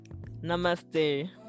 Namaste